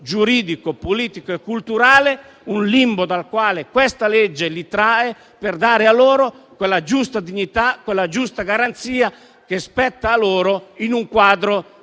giuridico, politico e culturale; un limbo dal quale questa legge li trae, per dare loro quella giusta dignità, quella giusta garanzia che spetta a loro in un quadro